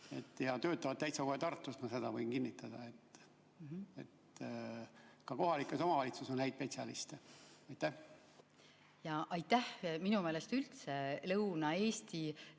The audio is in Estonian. nad töötavad täitsa kohe Tartus, seda ma võin kinnitada. Ka kohalikes omavalitsustes on häid spetsialiste. Aitäh! Minu meelest üldse Lõuna-Eesti